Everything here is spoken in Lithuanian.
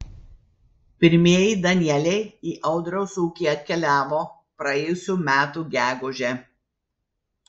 pirmieji danieliai į audriaus ūkį atkeliavo praėjusių metų gegužę